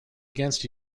against